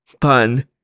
pun